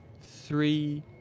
three